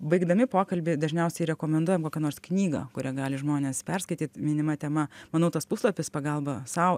baigdami pokalbį dažniausiai rekomenduojam kokią nors knygą kurią gali žmonės perskaityt minima tema manau tas puslapis pagalba sau